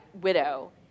widow